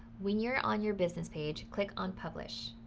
when you're on your business page, click on publish.